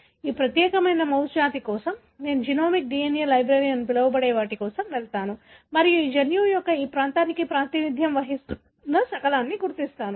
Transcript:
ఈ ప్రత్యేకమైన మౌస్ జాతి కోసం నేను జెనోమిక్ DNA లైబ్రరీ అని పిలవబడే వాటి కోసం వెళ్తాను మరియు ఈ జన్యువు యొక్క ఈ ప్రాంతానికి ప్రాతినిధ్యం వహిస్తున్న శకలాన్ని గుర్తించాను